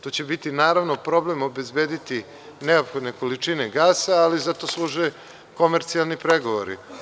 Tu će biti naravno problem obezbediti neophodne količine gasa, ali za to služe komercijalni pregovori.